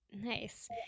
Nice